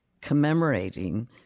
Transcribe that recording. commemorating